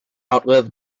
outlive